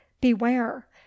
beware